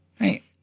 Right